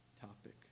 topic